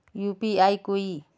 UPI कोई